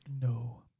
No